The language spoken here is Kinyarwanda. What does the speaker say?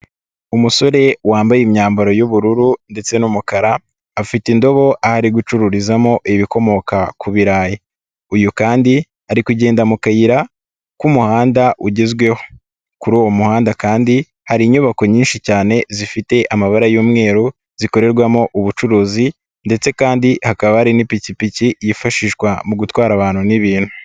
Umusore wambaye imyambaro y'ubururu ndetse n'umukara afite indobo aho ari gucururizamo ibikomoka ku birayi, uyu kandi ari kugenda mu kayira k'umuhanda ugezweho, kuri uwo muhanda kandi hari inyubako nyinshi cyane zifite amabara y'umweru zikorerwamo ubucuruzi ndetse kandi hakaba hari n'ipikipiki yifashishwa mu gutwara abantu n'ibintu.